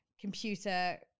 computer